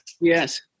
Yes